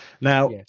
Now